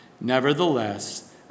nevertheless